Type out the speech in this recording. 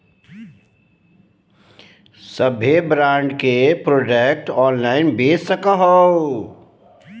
सभे ब्रांड के product online बेच सको हइ